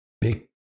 big